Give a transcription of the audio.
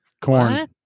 Corn